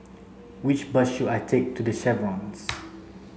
which bus should I take to The Chevrons